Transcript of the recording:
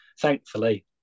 thankfully